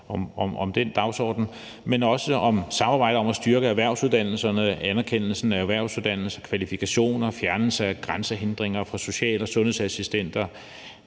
om den dagsorden, men også om samarbejdet om at styrke erhvervsuddannelserne og anerkendelsen af erhvervsuddannelse, kvalifikationer og fjernelse af grænsehindringer for social- og sundhedsassistenter.